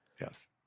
Yes